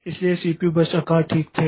इसलिए ये CPU burst आकार ठीक थे